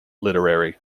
literary